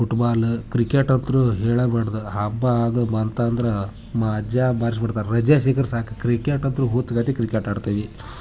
football cricket ಅಂತು ಹೇಳೇಬಾಡ್ದು ಹಬ್ಬ ಅದು ಬಂತಂದ್ರೆ ಮಾಜಾ ಬಾರ್ಶ್ಬುಡ್ತಾರೆ ರಜೆ ಸಿಕ್ರೆ ಸಾಕು ಕ್ರಿಕೆಟ್ ಅಂತು ಹುಚ್ಗತಿ ಕ್ರಿಕೆಟ್ ಆಡ್ತೆವೆ